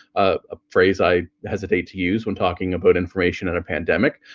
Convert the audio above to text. ah a phrase i hesitate to use when talking about information and a pandemic